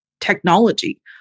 technology